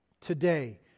today